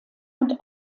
und